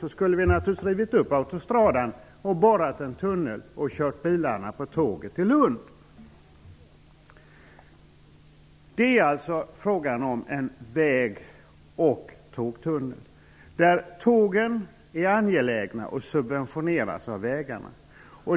Då hade vi naturligtvis rivit upp autostradan och borrat en tunnel och kört bilarna på tåget till Lund. Det är alltså fråga om en väg och tågtunnel. Tågen är angelägna och subventioneras av vägarna.